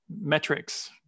metrics